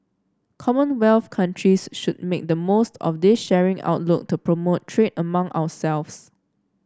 commonwealth countries should make the most of this shared outlook to promote trade among ourselves